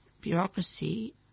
bureaucracy